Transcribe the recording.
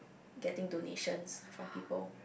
getting donations from people